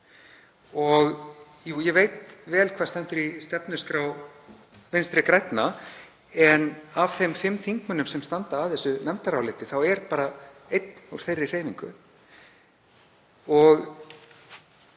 jú, ég veit vel hvað stendur í stefnuskrá Vinstri grænna en af þeim fimm þingmönnum sem standa að þessu nefndaráliti er bara einn úr þeirri hreyfingu.